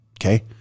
Okay